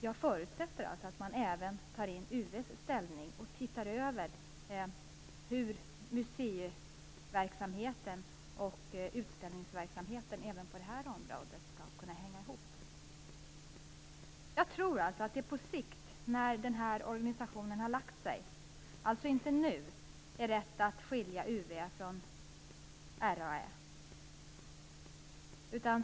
Jag förutsätter att man även tar upp UV:s ställning och tittar över hur museiverksamheten och utställningsverksamheten skall kunna hänga ihop även på det här området. Jag tror att det på sikt, när den här organisationen har lagt sig, är rätt att skilja UV från RAÄ - alltså inte nu.